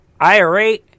IRA